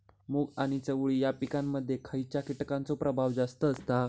मूग आणि चवळी या पिकांमध्ये खैयच्या कीटकांचो प्रभाव जास्त असता?